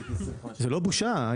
זו לא בושה.